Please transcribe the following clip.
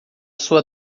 sua